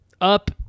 up